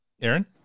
Aaron